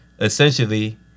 essentially